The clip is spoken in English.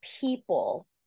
people